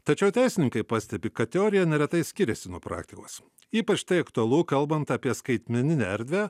tačiau teisininkai pastebi kad teorija neretai skiriasi nuo praktikos ypač tai aktualu kalbant apie skaitmeninę erdvę